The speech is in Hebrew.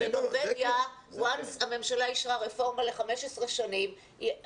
בנורבגיה מרגע שהממשלה אישרה רפורמה ל-15 שנים אתה מחויב,